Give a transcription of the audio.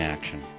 Action